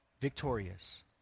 victorious